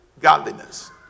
godliness